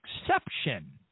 exception